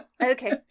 Okay